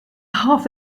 half